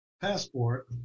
passport